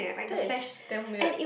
that is damn weird